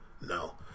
No